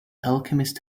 alchemist